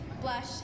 blush